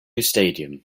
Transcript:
stadium